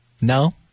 No